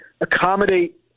accommodate